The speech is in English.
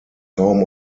home